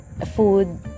food